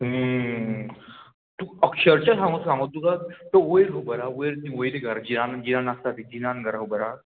तूं अक्षरक्षा सांगू सांगू तुका तो वयर खबर आहा वयर ती वयर घर जिनान जिनान आसता ती जिनान घरा खबर आहा